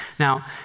Now